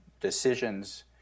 decisions